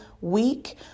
week